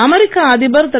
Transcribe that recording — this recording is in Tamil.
அமெரிக்கா அதிபர் திரு